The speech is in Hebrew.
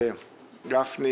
אני רואה את גפני,